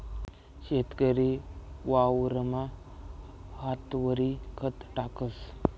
शेतकरी वावरमा हातवरी खत टाकस